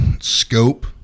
scope